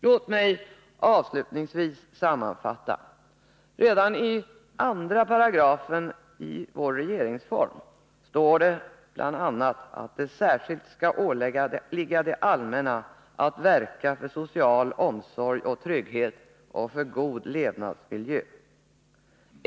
Låt mig avslutningsvis sammanfatta: Redan i 2 § i vår regeringsform står det bl.a. att det särskilt skall åligga det allmänna att verka för social omsorg och trygghet och för en god levnadsmiljö.